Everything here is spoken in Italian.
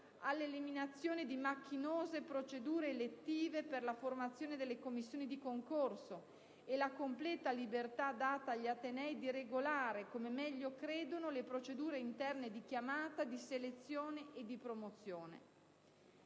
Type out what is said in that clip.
all'eliminazione di macchinose procedure elettive per la formazione delle commissioni di concorso e alla completa libertà data agli atenei di regolare come meglio credono le procedure interne di chiamata, di selezione e di promozione.